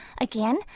Again